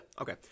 Okay